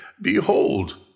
Behold